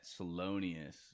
Salonius